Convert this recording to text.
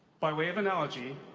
by way of analogy,